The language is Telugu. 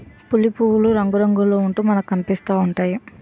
పులి పువ్వులు రంగురంగుల్లో ఉంటూ మనకనిపిస్తా ఉంటాయి